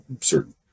certain